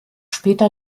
später